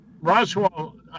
Roswell